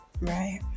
right